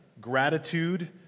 gratitude